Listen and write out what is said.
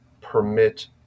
permit